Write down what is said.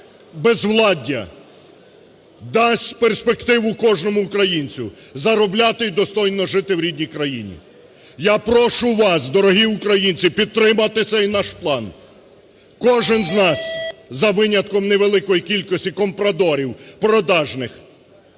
безвладдя, дасть перспективу кожному українцю заробляти і достойно жити в рідній країні. Я прошу вас, дорогі українці, підтримати цей наш план. Кожен з нас, за винятком невеликої кількості компрадорів продажних,